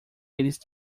eles